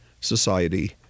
society